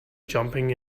jumping